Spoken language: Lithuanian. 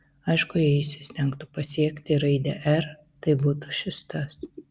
aišku jei jis įstengtų pasiekti raidę r tai būtų šis tas